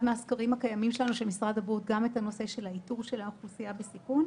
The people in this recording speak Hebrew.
מהסקרים הקיימים של משרד הבריאות את איתור האוכלוסייה בסיכון,